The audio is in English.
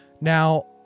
Now